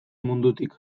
mundutik